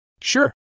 Sure